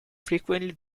frequently